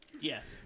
Yes